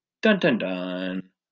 Dun-dun-dun